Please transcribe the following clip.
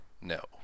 no